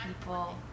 people